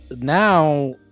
now